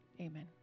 amen